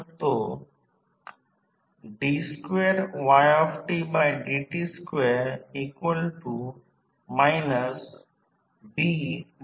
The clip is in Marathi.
हे ऑटोट्रान्सफॉर्मर वाइंडिंग गुणोत्तर आणि ते दोन वाइंडिंग ट्रान्सफॉर्मर गुणोत्तर ज्याचा आपण विचार घेतो त्यामधील संबंध आहे